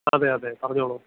അതെ അതെ പറഞ്ഞോളൂ